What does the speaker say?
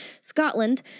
Scotland